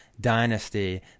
dynasty